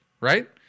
right